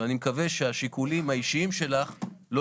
ואני מקווה שהשיקולים האישיים שלך לא